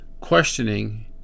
questioning